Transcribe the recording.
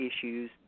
issues